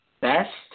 best